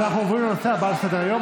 אנחנו עוברים לנושא הבא על סדר-היום,